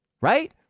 Right